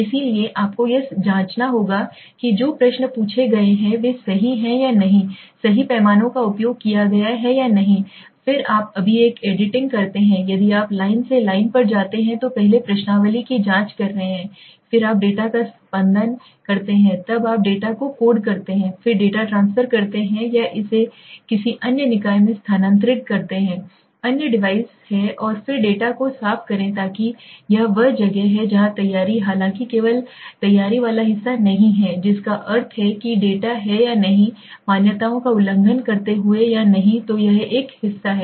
इसलिए आपको यह जांचना होगा कि जो प्रश्न पूछे गए हैं वे सही हैं या नहीं सही पैमानों का उपयोग किया गया है या नहीं फिर आप अभी एक एडिटिंग करते हैं यदि आप लाइन से लाइन पर जाते हैं तो पहले प्रश्नावली की जांच कर रहे हैं फिर आप डेटा का संपादन करते हैं तब आप डेटा को कोड करते हैं फिर डेटा ट्रांसफर करते हैं या इसे किसी अन्य निकाय में स्थानांतरित करते हैं अन्य डिवाइस है और फिर डेटा को साफ करें ताकि यह वह जगह है जहां तैयारी हालांकि केवल तैयारी वाला हिस्सा नहीं है जिसका अर्थ है कि डेटा है या नहीं मान्यताओं का उल्लंघन करते हुए या नहीं तो यह हिस्सा है